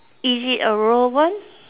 is it a raw one